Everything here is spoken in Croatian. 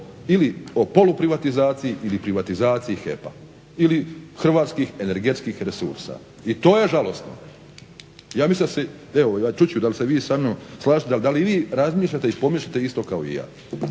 ili o poluprivatizaciji ili privatizaciji HEP-a ili hrvatskih energetskih resursa. I to je žalosno. Ja mislim da se, evo čut ću da li se vi sa mnom slažete, a da li i vi razmišljate i pomišljate isto kao i ja.